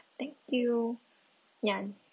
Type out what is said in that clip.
thank you ya